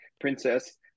Princess